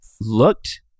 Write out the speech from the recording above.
looked